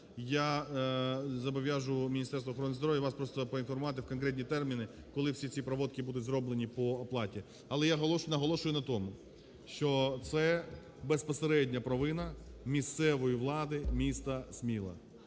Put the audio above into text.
Я зобов'яжу Міністерство охорони здоров'я вас просто поінформувати в конкретні терміни, коли всі ці проводки будуть зроблені по оплаті. Але я наголошую на тому, що це безпосередньо провина місцевої влади міста Сміла.